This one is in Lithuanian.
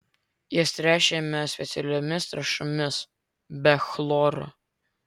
jas tręšiame specialiomis trąšomis be chloro